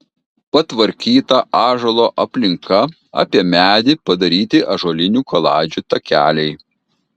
patvarkyta ąžuolo aplinka apie medį padaryti ąžuolinių kaladžių takeliai